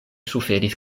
suferis